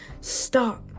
Stop